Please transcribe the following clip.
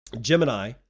Gemini